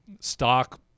stock